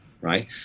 right